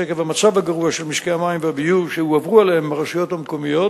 שעקב המצב הגרוע של משקי המים והביוב שהועברו אליהם מהרשויות המקומיות